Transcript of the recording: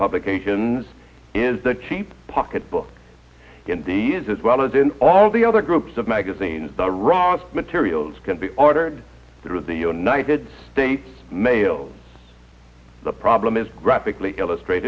publications is the cheap pocket book these as well as in all the other groups of magazines the raw materials can be ordered through the united states mails the problem is graphically illustrate